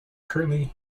currently